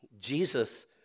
Jesus